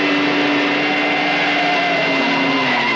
and